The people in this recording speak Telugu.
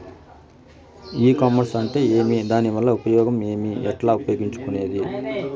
ఈ కామర్స్ అంటే ఏమి దానివల్ల ఉపయోగం ఏమి, ఎట్లా ఉపయోగించుకునేది?